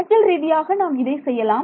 கணக்கியல் ரீதியாக நாம் இதை செய்யலாம்